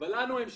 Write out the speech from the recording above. ולנו הם שקרו.